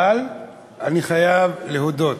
אבל אני חייב להודות,